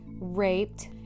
raped